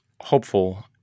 hopeful